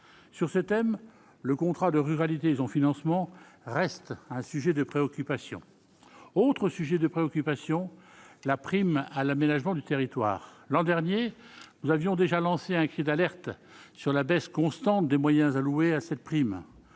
sur ce thème, le contrat de ruralité et son financement reste un sujet de préoccupation, autre sujet de préoccupation : la prime à l'aménagement du territoire l'an dernier, nous avions déjà lancé un cri d'alerte sur la baisse constante des moyens alloués à cette prime,